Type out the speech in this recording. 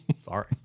Sorry